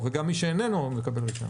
וגם מי שאיננו מקבל רישיון.